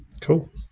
Cool